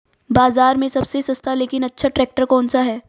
बाज़ार में सबसे सस्ता लेकिन अच्छा ट्रैक्टर कौनसा है?